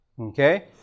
Okay